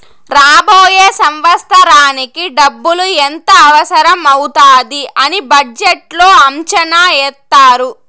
రాబోయే సంవత్సరానికి డబ్బులు ఎంత అవసరం అవుతాది అని బడ్జెట్లో అంచనా ఏత్తారు